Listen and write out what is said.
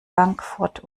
bankfurt